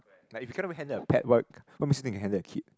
like if you cannot even handle a pet what what makes you think you can handle a kid